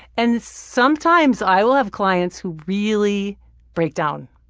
and sometimes, i will have clients who'll really break down.